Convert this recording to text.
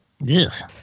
Yes